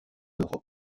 europe